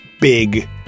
big